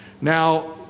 Now